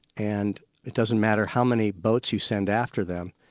and it doesn't matter how many boats you send after them,